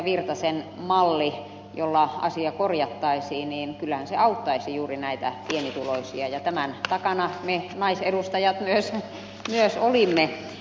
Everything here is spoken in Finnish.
virtasen malli jolla asia korjattaisiin auttaisi juuri näitä pienituloisia ja tämän takana me naisedustajat myös olimme